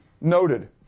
noted